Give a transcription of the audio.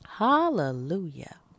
Hallelujah